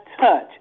touch